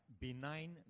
benign